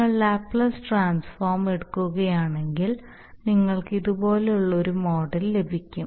നിങ്ങൾ Laplace transform എടുക്കുകയാണെങ്കിൽ നിങ്ങൾക്ക് ഇതുപോലുള്ള ഒരു മോഡൽ ലഭിക്കും